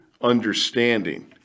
understanding